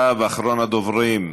מוותר.